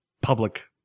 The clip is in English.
public